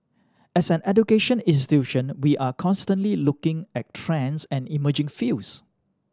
as an education institution we are constantly looking at trends and emerging fields